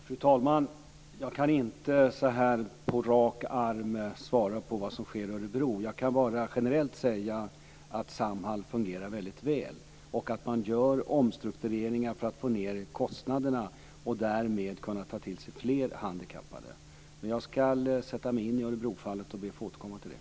Fru talman! Jag kan inte på rak arm svara på frågor om vad som sker i Örebro. Jag kan bara generellt säga att Samhall fungerar väldigt väl och att man gör omstruktureringar för att få ned kostnaderna och därmed kunna ta till sig fler handikappade. Men jag ska sätta mig in i Örebrofallet och ber att få återkomma till det.